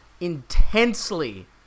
intensely